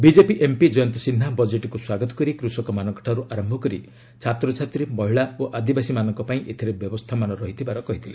BJP MP Jayant Sinha ବଜେଟ୍କୁ ସ୍ୱାଗତ କରି କୃଷକମାନଙ୍କଠାରୁ ଆରମ୍ଭ କରି ଛାତ୍ରଛାତ୍ରୀ ମହିଳା ଓ ଆଦିବାସୀମାନଙ୍କ ପାଇଁ ଏଥିରେ ବ୍ୟବସ୍ଥାମାନ ରହିଥିବାର କହିଥିଲେ